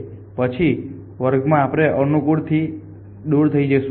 અને પછીના વર્ગમાં આપણે આ અનુકૂલન થી દૂર થઈ જઈશું